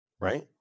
right